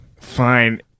fine